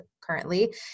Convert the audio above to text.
currently